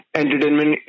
entertainment